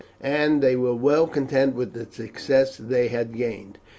and they were well content with the success they had gained.